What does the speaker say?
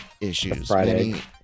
issues